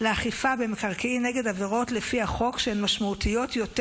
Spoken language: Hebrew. לאכיפה במקרקעין נגד עבירות לפי החוק שהן משמעותיות יותר